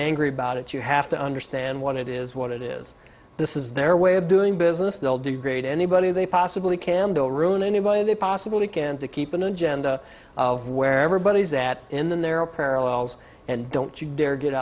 angry about it you have to understand what it is what it is this is their way of doing business they'll degrade anybody they possibly can they'll ruin anybody they possibly can to keep an agenda of where everybody is that in there are parallels and don't you dare get